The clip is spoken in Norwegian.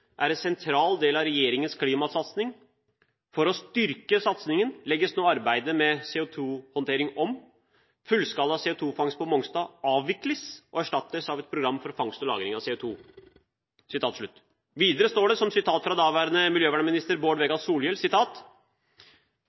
er en sentral del av regjeringens klimasatsing. For å styrke satsingen legges nå arbeidet med CO2-håndtering om. Fullskala CO2-fangst på Mongstad avvikles og erstattes av et program for fangst og lagring av CO2.» Videre står det, som sitat fra daværende miljøvernminister Bård Vegar Solhjell: